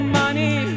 money